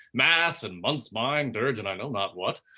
mass and months mind, dirge and i know not what.